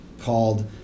called